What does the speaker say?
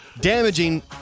damaging